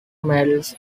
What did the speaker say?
medals